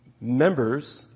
members